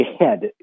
ahead